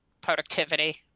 productivity